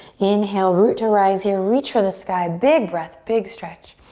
inhale, root to rise here, reach for the sky, big breath, big stretch.